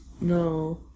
no